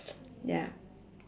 ya